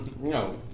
no